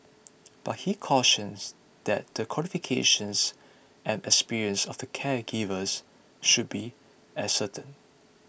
but he cautions that the qualifications and experience of the caregivers should be ascertained